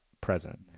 present